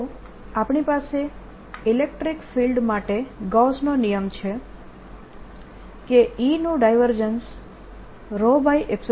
તો આપણી પાસે ઇલેક્ટ્રીક ફિલ્ડ માટે ગૌસનો નિયમ છે કે E નું ડાયવર્જન્સ